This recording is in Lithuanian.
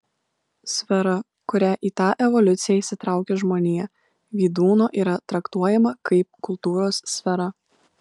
sfera kuria į tą evoliuciją įsitraukia žmonija vydūno yra traktuojama kaip kultūros sfera